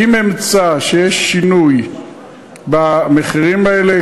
אם אמצא שיש שינוי במחירים האלה,